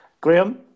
Graham